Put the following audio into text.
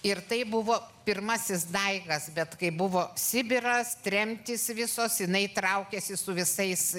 ir tai buvo pirmasis daigas bet kai buvo sibiras tremtys visos jinai traukėsi su visais